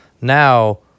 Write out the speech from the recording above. Now